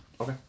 Okay